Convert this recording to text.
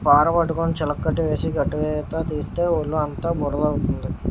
పార పట్టుకొని చిలకట్టు వేసి గట్టుతీత తీస్తే ఒళ్ళుఅంతా బురద అవుతుంది